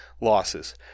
losses